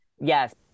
Yes